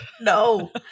no